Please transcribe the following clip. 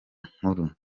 nkuru